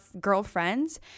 girlfriends